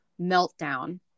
meltdown